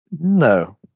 No